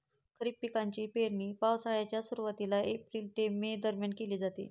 खरीप पिकांची पेरणी पावसाळ्याच्या सुरुवातीला एप्रिल ते मे दरम्यान केली जाते